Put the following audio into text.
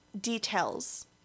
details